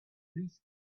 please